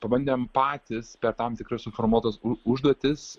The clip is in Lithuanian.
pabandėm patys per tam tikras suformuotas užduotis